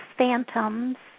phantoms